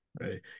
right